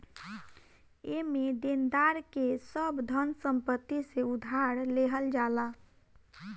एमे देनदार के सब धन संपत्ति से उधार लेहल जाला